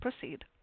proceed